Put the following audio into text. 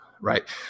right